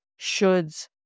shoulds